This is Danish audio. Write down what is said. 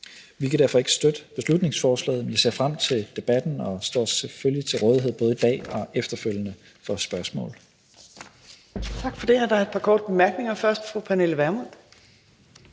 Vi kan derfor ikke støtte beslutningsforslaget, men vi ser frem til debatten og står selvfølgelig til rådighed, både i dag og efterfølgende, for spørgsmål. Kl. 13:29 Fjerde næstformand (Trine Torp): Tak for det. Og der